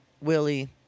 Willie